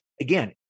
again